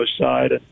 side